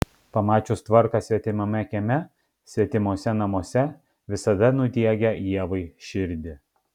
pamačius tvarką svetimame kieme svetimuose namuose visada nudiegia ievai širdį